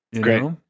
Great